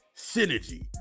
Synergy